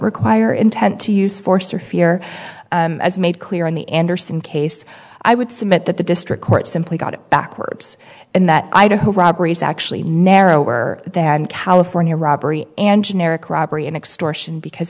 require intent to use force or fear as made clear in the andersen case i would submit that the district court simply got it backwards and that robberies actually narrower than california robbery and generic robbery and extortion because